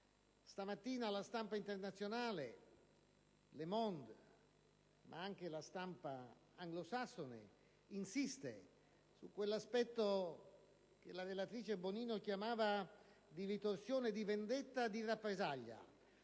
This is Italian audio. stamattina la stampa internazionale, («Le Monde», ma anche la stampa anglosassone) insiste sull'aspetto che la presidente Bonino ha chiamato di ritorsione, di vendetta e di rappresaglia.